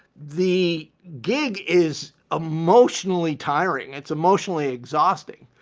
the gig is emotionally tiring, it's emotionally exhausting.